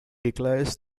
declares